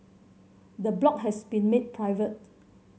the blog has been made private